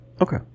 Okay